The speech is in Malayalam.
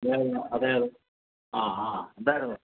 ഞാനാണ് അതെ അതെ ആ ആ എന്തായിരുന്നു